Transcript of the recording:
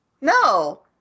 No